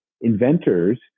inventors